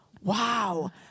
wow